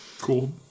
Cool